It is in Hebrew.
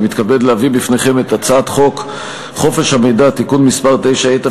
אני מתכבד להביא בפניכם את הצעת חוק חופש המידע (תיקון מס' 9),